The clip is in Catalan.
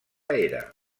era